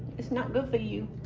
it's not good for you.